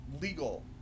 legal